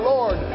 Lord